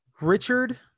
Richard